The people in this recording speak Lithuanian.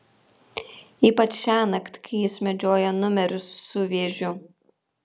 ypač šiąnakt kai jis medžioja numerius su vėžiu